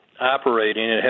operating